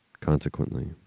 Consequently